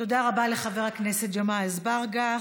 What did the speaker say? תודה רבה לחבר הכנסת ג'מעה אזברגה.